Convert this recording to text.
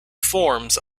forms